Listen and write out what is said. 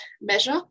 measure